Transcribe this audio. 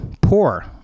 poor